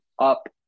up